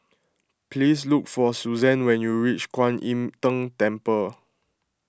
please look for Susanne when you reach Kuan Im Tng Temple